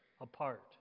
apart